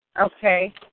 Okay